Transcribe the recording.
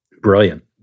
brilliant